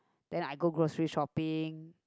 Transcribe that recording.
then I go grocery shopping